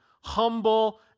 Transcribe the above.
humble